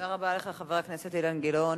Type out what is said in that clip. תודה רבה לך, חבר הכנסת אילן גילאון.